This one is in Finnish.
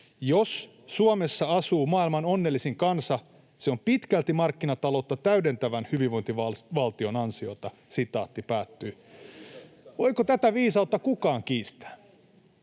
”Jos Suomessa asuu maailman onnellisin kansa, se on pitkälti markkinataloutta täydentävän hyvinvointivaltion ansiota.” Voiko tätä viisautta kukaan kiistää?